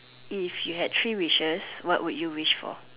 if you had three wishes what would you wish for